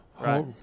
right